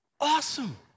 awesome